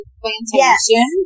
plantation